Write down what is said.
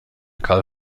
carl